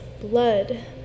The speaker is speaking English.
Blood